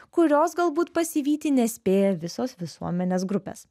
kurios galbūt pasivyti nespėja visos visuomenės grupės